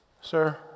sir